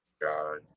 God